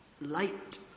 Light